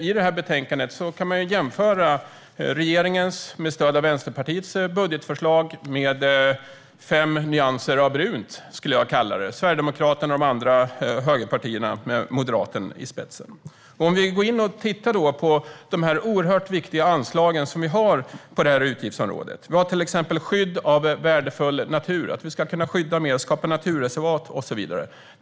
I detta betänkande kan man jämföra det budgetförslag som regeringen lagt fram med stöd av Vänsterpartiet med vad jag skulle kalla fem nyanser av brunt: Sverigedemokraterna och de andra högerpartierna med Moderaterna i spetsen. Vi kan gå in och titta på de oerhört viktiga anslagen inom detta utgiftsområde. Vi har till exempel skydd av värdefull natur: att vi ska kunna skydda mer, skapa naturreservat och så vidare.